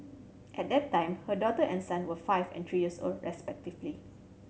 at that time her daughter and son were five and three years old respectively